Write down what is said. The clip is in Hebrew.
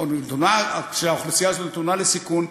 וכשהאוכלוסייה הזאת נתונה לסיכון,